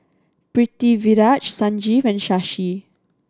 Pritiviraj Sanjeev and Shashi